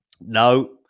No